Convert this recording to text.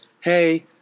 hey